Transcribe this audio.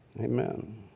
Amen